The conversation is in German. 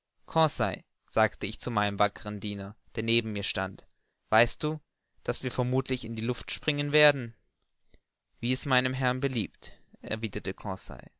sagte ich zu meinem wackern diener der neben mir stand weißt du daß wir vermuthlich in die luft springen werden wie es meinem herrn beliebt erwiderte